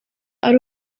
ari